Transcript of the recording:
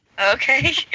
Okay